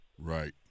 Right